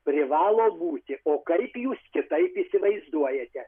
privalo būti o kaip jūs kitaip įsivaizduojate